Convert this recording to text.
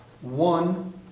one